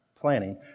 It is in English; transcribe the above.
planning